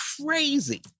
crazy